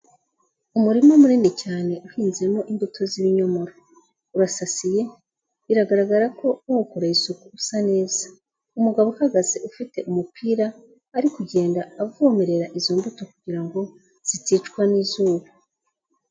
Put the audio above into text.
Umurima munini cyane uhinzemo imbuto z'ibinyomoro, urasasiye, biragaragara ko bawukoreye isuku usa neza. Umugabo uhagaze ufite umupira, ari kugenda avomerera izo mbuto kugira ngo ziticwa n'izuba.